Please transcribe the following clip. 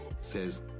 says